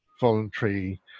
voluntary